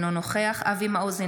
אינו נוכח אבי מעוז,